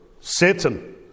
Satan